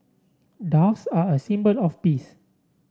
doves are a symbol of peace